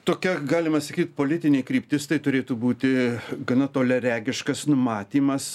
tokia galima sakyt politinė kryptis tai turėtų būti gana toliaregiškas numatymas